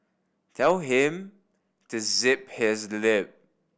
tell him to zip his lip